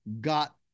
got